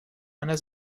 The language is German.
einer